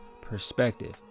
perspective